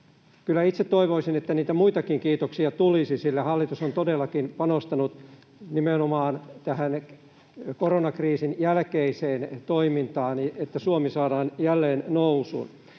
itse toivoisin, että muitakin kiitoksia tulisi, sillä hallitus on todellakin panostanut nimenomaan koronakriisin jälkeiseen toimintaan niin, että Suomi saadaan jälleen nousuun.